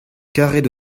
karet